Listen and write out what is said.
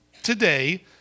today